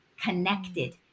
connected